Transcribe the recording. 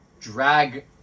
Drag